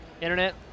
Internet